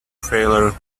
failure